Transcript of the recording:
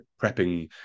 prepping